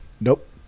Nope